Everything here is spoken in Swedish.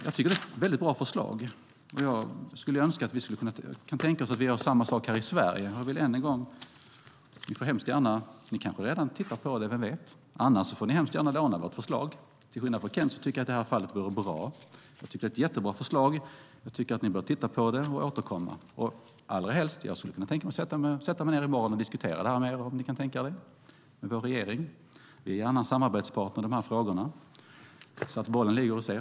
Jag tycker att det är ett väldigt bra förslag, och jag skulle önska att vi kunde tänka oss att göra samma sak här i Sverige. Ni kanske redan tittar på det, vem vet? Annars får ni hemskt gärna låna vårt förslag. Till skillnad från Kent tycker jag att det i det här fallet vore bra. Jag tycker att det är ett jättebra förslag som ni bör titta på och återkomma. Jag skulle kunna sätta mig i morgon och diskutera detta med vår regering, om ni kan tänka er det. Vi är gärna samarbetspartner i de här frågorna. Bollen ligger hos er.